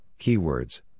Keywords